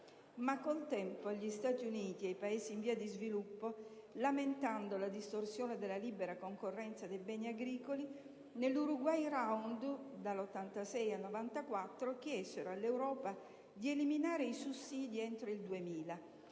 Ma con il tempo, gli Stati Uniti e i Paesi in via di sviluppo, lamentando la distorsione della libera concorrenza dei beni agricoli, nell'Uruguay Round (dal 1986 al 1994) chiesero all'Europa di eliminare i sussidi entro il 2000